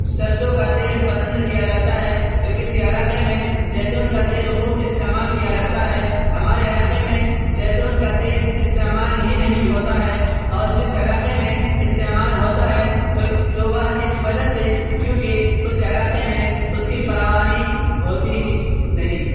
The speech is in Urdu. سرسوں کا تیل پسند کیا جاتا ہے تو کسی علاقے میں زیتون کا تیل خوب استعمال کیا جاتا ہے ہمارے علاقے میں زیتون کا تیل استعمال ہی نہیں ہوتا ہے اور جس علاقے میں استعمال ہوتا ہے تو تو وہ اس وجہ سے کیونکہ اس علاقے میں اس کی فراوانی ہوتی ہی نہیں